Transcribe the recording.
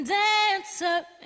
dancer